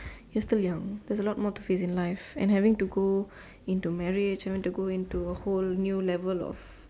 you're still young there's a lot more to face in life and having to go into marriage having to go into a whole new level of